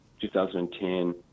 2010